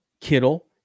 Kittle